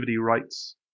rights